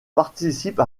participe